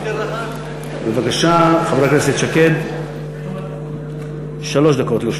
בבקשה, שלוש דקות לרשותך.